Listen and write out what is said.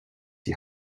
die